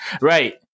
Right